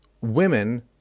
women